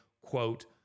quote